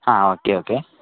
ആ okay okay